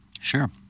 Sure